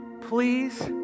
please